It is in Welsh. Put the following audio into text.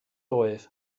oedd